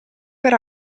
per